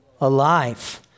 Alive